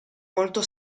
molto